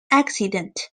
accident